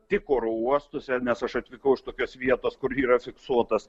tik oro uostuose nes aš atvykau iš tokios vietos kur yra fiksuotas